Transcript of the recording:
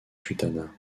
sultanat